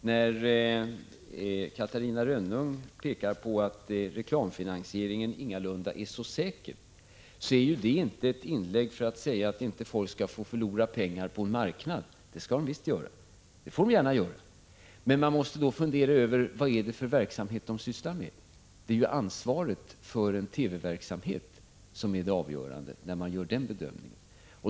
När Catarina Rönnung pekar på att reklamfinansieringen ingalunda är så säker, är det ju inte ett inlägg för att säga att folk inte skall få förlora pengar på en marknad — det får man gärna göra. Men man måste fundera över: Vad är det för verksamhet de sysslar med? När man gör den bedömningen är det ju ansvaret för TV-verksamheten som är det avgörande.